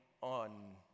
on